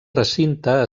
recinte